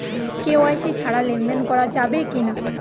KYC ছাড়া লেনদেন করা যাবে কিনা?